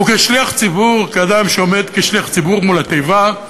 וכשליח ציבור, כאדם שעומד כשליח ציבור מול התיבה,